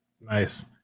Nice